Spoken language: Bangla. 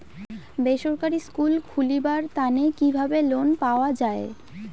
বেসরকারি স্কুল খুলিবার তানে কিভাবে লোন পাওয়া যায়?